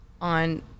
on